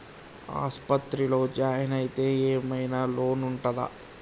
ఆస్పత్రి లో జాయిన్ అయితే ఏం ఐనా లోన్ ఉంటదా?